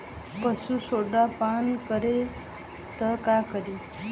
पशु सोडा पान करी त का करी?